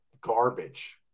garbage